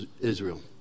Israel